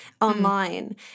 online